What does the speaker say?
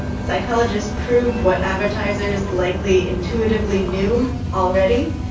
psychologists proved what advertisers likely intuitively knew already,